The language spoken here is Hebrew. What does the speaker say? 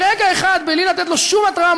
ברגע אחד, בלי לתת לו שום התראה,